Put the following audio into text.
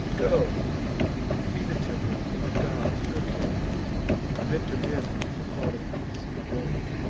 go be the temple and the gods your care permit to men the thought of peace and war.